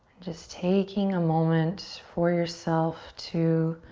just taking a moment for yourself to